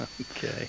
Okay